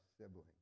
sibling